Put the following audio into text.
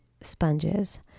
sponges